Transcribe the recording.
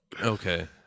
Okay